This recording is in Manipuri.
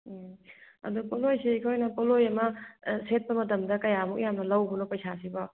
ꯎꯝ ꯑꯗꯣ ꯄꯣꯠꯂꯣꯏꯁꯤ ꯑꯩꯈꯣꯏꯅ ꯄꯣꯠꯂꯣꯏ ꯑꯃ ꯁꯦꯠꯄ ꯃꯇꯝꯗ ꯀꯌꯥꯝꯃꯨꯛ ꯌꯥꯝꯅ ꯂꯧꯕꯅꯣ ꯄꯩꯁꯥꯁꯤꯕꯣ